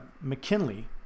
McKinley